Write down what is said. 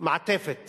מעטפת